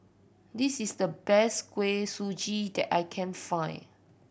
this is the best Kuih Suji that I can find